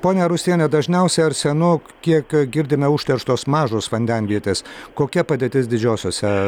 ponia rusiene dažniausia arsenu kiekiu girdime užterštos mažos vandenvietės kokia padėtis didžiosiose